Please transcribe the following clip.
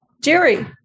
Jerry